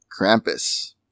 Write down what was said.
Krampus